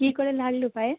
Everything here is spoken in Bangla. কী করে লাগলো পায়ে